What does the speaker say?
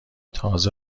تازه